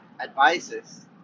advises